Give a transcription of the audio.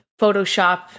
Photoshop